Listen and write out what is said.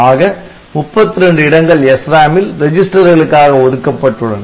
ஆக 32 இடங்கள் SRAM ல் ரெஜிஸ்டர்களுக்காக ஒதுக்கப்பட்டுள்ளன